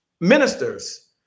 Ministers